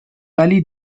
ولی